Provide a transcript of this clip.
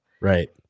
Right